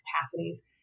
capacities